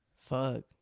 Fuck